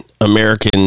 American